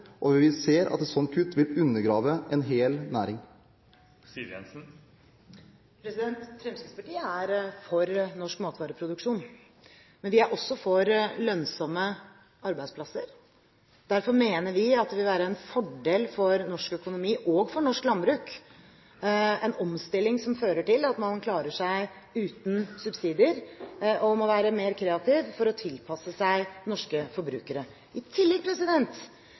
når man ser at et slikt kutt vil undergrave en hel næring? Fremskrittspartiet er for norsk matvareproduksjon, men vi er også for lønnsomme arbeidsplasser. Derfor mener vi at det vil være en fordel for norsk økonomi og for norsk landbruk med en omstilling som fører til at man klarer seg uten subsidier, og man må være mer kreativ for å tilpasse seg norske forbrukere. I tillegg